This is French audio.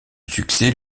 succès